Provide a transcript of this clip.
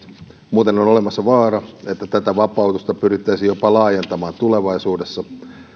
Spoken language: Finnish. muuten on olemassa vaara että tätä vapautusta pyrittäisiin jopa laajentamaan tulevaisuudessa